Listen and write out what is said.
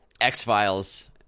X-Files